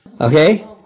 Okay